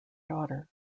daughter